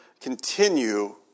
continue